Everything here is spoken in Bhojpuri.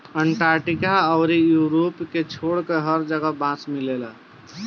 अंटार्कटिका अउरी यूरोप के छोड़के हर जगह बांस मिलेला